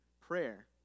prayer